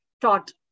taught